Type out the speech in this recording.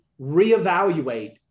reevaluate